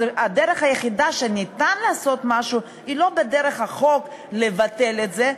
אז הדרך היחידה שבה ניתן לעשות משהו היא לא בדרך החוק לבטל את זה,